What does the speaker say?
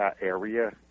area